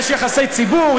יש יחסי ציבור,